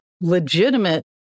legitimate